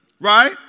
right